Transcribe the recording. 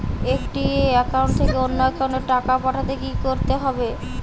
একটি একাউন্ট থেকে অন্য একাউন্টে টাকা পাঠাতে কি করতে হবে?